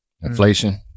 Inflation